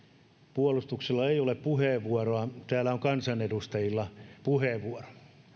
puolustuksella ei ole puheenvuoroa täällä on kansanedustajilla puheenvuoro